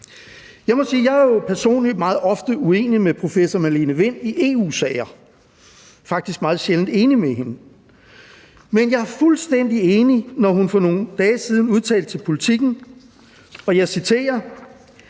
jeg jo personligt ofte er meget uenig med professor Marlene Wind i EU-sager, jeg er faktisk meget sjældent enig med hende, men jeg var fuldstændig enig, da hun for nogle dage siden udtalte til Politiken, og jeg citerer: